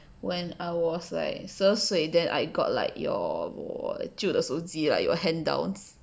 when I was like 十二岁 then I got like your 旧的手机 like your hand down